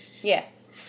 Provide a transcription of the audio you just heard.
Yes